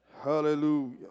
Hallelujah